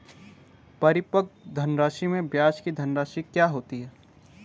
परिपक्व धनराशि में ब्याज की धनराशि क्या होती है?